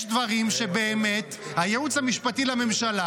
יש דברים שבאמת הייעוץ המשפטי לממשלה